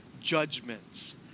judgments